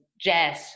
jazz